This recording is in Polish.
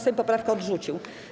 Sejm poprawkę odrzucił.